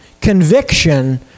Conviction